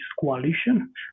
coalition